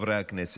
חברי הכנסת: